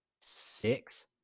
six